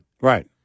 Right